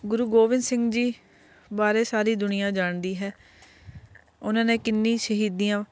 ਗੁਰੂ ਗੋਬਿੰਦ ਸਿੰਘ ਜੀ ਬਾਰੇ ਸਾਰੀ ਦੁਨੀਆਂ ਜਾਣਦੀ ਹੈ ਉਹਨਾਂ ਨੇ ਕਿੰਨੀ ਸ਼ਹੀਦੀਆਂ